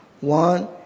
One